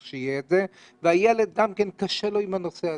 שיהיה ולילד גם כן קשה לו עם הנושא הזה.